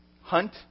hunt